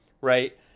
right